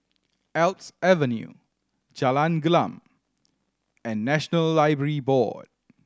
Alps Avenue Jalan Gelam and National Library Board